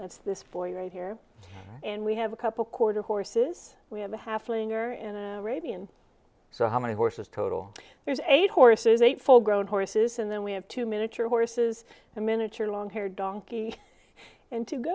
that's this for you right here and we have a couple quarter horses we have a half linger in a radian so how many horses total there's eight horses eight full grown horses and then we have to monitor horses and miniature longhaired donkey and to g